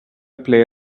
play